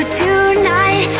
tonight